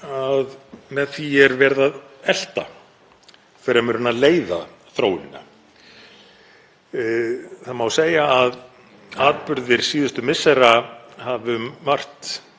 að með því er verið að elta fremur en að leiða þróunina. Má segja að atburðir síðustu missera hafi um margt